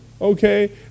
Okay